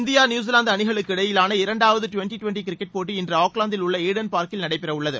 India New Zealand அணிகளுக்கு இடையிலான இரண்டாவது டிவெண்டி டிவெண்டி கிரிக்கெட் போட்டி இன்று ஆக்லாந்தில் உள்ள ஈடன் பார்க்கில் நடைபெறவுள்ளது